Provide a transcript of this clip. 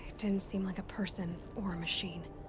didn't seem like a person, or a machine.